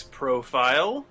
profile